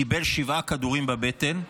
קיבל שבעה כדורים בבטן,